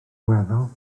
weddol